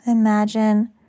Imagine